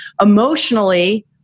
Emotionally